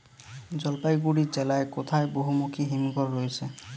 জলপাইগুড়ি জেলায় কোথায় বহুমুখী হিমঘর রয়েছে?